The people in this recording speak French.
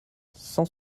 cent